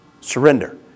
surrender